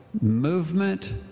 movement